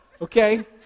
okay